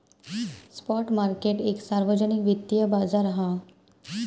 spot market एक सार्वजनिक वित्तिय बाजार हा